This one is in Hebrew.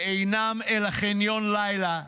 שאינם אלא חניון לילה,